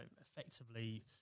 effectively